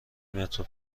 مترو